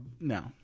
no